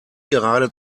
gerade